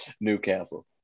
Newcastle